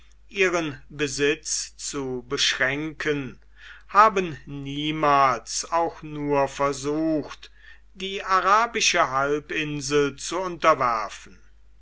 ihren besitz zu beschränken haben niemals auch nur versucht die arabische halbinsel zu unterwerfen